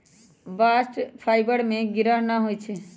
bast fibre में गिरह न होई छै